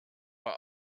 were